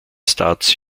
starts